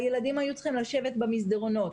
הילדים היו צריכים לשבת במסדרונות,